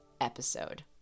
episode